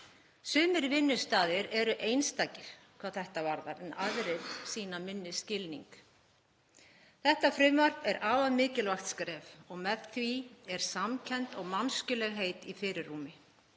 Sumir vinnustaðir eru einstakir hvað þetta varðar en aðrir sýna minni skilning. Þetta frumvarp er afar mikilvægt skref og með því er samkennd og mennska í fyrirrúmi.